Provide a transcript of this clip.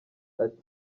ati